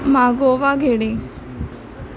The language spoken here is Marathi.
मागोवा घेणे